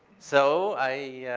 so i